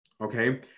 Okay